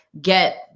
get